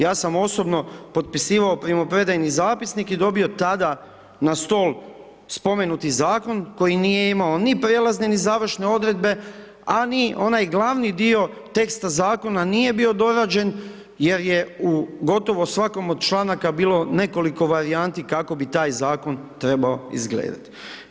Ja sam osobno potpisivao primopredajni zapisnik i dobio tada na stol spomenuti Zakon koji nije imao ni prijelazne, ni završne odredbe, a ni onaj glavni dio teksta Zakona nije bio dorađen jer je u gotovo svakome od članaka bilo nekoliko varijanti kako bi taj Zakon trebao izgledati.